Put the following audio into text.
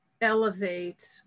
elevate